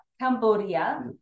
Cambodia